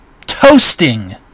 toasting